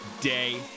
day